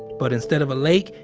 but, instead of a lake,